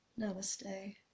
Namaste